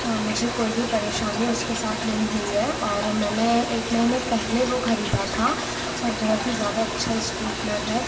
मुझे कोई भी परेशानी उसके साथ नही हुई है और मैंने एक महीने पहले वो ख़रीदा था और बहुत ही ज़्यादा अच्छा इस्ट्रेटनर है